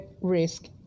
risk